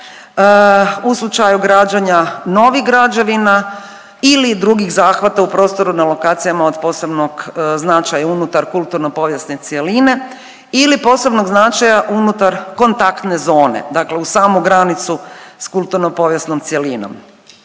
u slučaju građenja novih građevina ili drugih zahvata u prostoru na lokacijama od posebnog značaja unutar kulturno-povijesne cjeline ili posebnog značaj unutar kontaktne zone, dakle uz samu granicu s kulturno-povijesnom cjelinom.